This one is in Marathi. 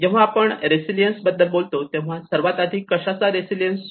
तर जेव्हा आपण रेसिलियन्स बद्दल बोलतो तेव्हा सर्वात आधी कशाचा रेसिलियन्स